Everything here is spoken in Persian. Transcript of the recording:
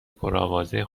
پرآوازه